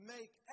Make